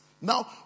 Now